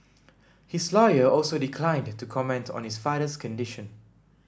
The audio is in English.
his lawyer also declined to comment on the father's condition